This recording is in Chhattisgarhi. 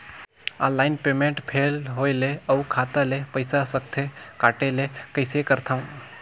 ऑनलाइन पेमेंट फेल होय ले अउ खाता ले पईसा सकथे कटे ले कइसे करथव?